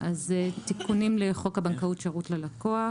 תיקונים לחוק הבנקאות (שירות ללקוח),